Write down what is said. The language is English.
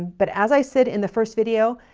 but as i said in the first video,